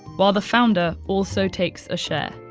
while the founder also takes a share.